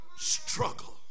struggle